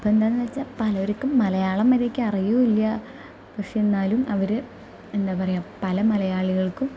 അപ്പം എന്താണെന്നു വെച്ചാൽ പലോർക്കും മലയാളം മര്യാദക്ക് അറിയില്ല പക്ഷേ എന്നാലും അവർ എന്താ പറയുക പല മലയാളികൾക്കും